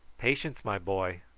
patience, my boy,